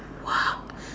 !wah!